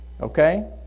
okay